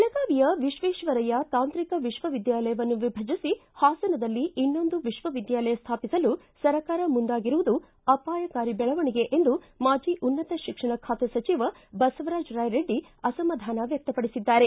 ಬೆಳಗಾವಿಯ ವಿಶ್ವೇಶ್ವರಯ್ಯ ತಾಂತ್ರಿಕ ವಿಶ್ವ ವಿದ್ವಾಲಯವನ್ನು ವಿಭಜಿಸಿ ಹಾಸನದಲ್ಲಿ ಇನ್ನೊಂದು ವಿಶ್ವವಿದ್ಯಾಲಯ ಸ್ವಾಪಿಸಲು ಸರ್ಕಾರ ಮುಂದಾಗಿರುವುದು ಅಪಾಯಕಾರಿ ಬೆಳವಣಿಗೆ ಎಂದು ಮಾಜಿ ಉನ್ನತ ಶಿಕ್ಷಣ ಖಾತೆ ಸಚಿವ ಬಸವರಾಜ ರಾಯರೆಡ್ಡಿ ಅಸಮಾಧಾನ ವ್ವಕಡಿಸಿದ್ದಾರೆ